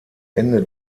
ende